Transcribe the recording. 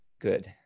Good